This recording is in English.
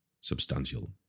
substantial